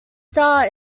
star